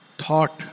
thought